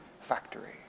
factory